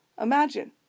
imagine